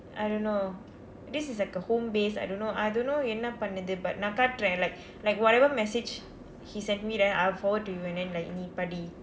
I don't know this is like a home based I don't know I don't know என்ன பண்ணுது:enna pannuthu but நான் காட்டுறேன்:naan katdureen like like whatever message he sent me I'll forward to you and then like நீ படி:nii padi